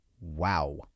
wow